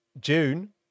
June